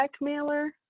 mailer